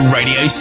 Radio